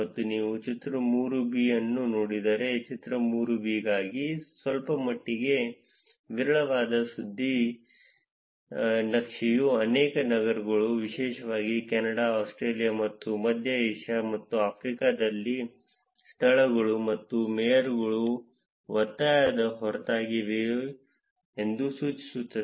ಮತ್ತು ನೀವು ಚಿತ್ರ 3 ಅನ್ನು ನೋಡಿದರೆ ಚಿತ್ರ 3 ಗಾಗಿ ಸ್ವಲ್ಪಮಟ್ಟಿಗೆ ವಿರಳವಾದ ತುದಿ ನಕ್ಷೆಯು ಅನೇಕ ನಗರಗಳು ವಿಶೇಷವಾಗಿ ಕೆನಡಾ ಆಸ್ಟ್ರೇಲಿಯಾ ಮತ್ತು ಮಧ್ಯ ಏಷ್ಯಾ ಮತ್ತು ಆಫ್ರಿಕಾದಲ್ಲಿ ಸ್ಥಳಗಳು ಮತ್ತು ಮೇಯರ್ಗಳ ಒತ್ತಾಯದ ಹೊರತಾಗಿಯೂ ಇವೆ ಎಂದು ಸೂಚಿಸುತ್ತದೆ